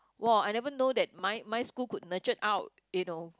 !wow! I never know that my my school could nurture out you know